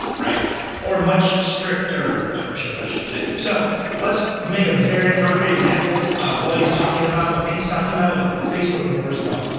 or much stricter ownership i should say. so let's make a very concrete example of what he's talking about, what pete's talking about with facebook moore's law.